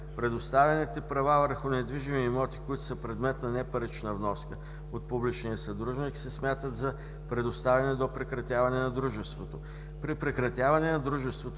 Предоставените права върху недвижими имоти, които са предмет на непарична вноска от публичния съдружник, се смятат за предоставени до прекратяване на дружеството. При прекратяване на дружеството